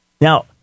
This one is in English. Now